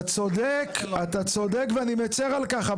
אתה צודק ואני מצר על כך.